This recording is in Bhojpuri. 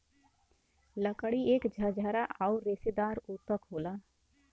लकड़ी एक झरझरा आउर रेसेदार ऊतक होला